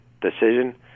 decision